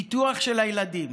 ביטוח של הילדים.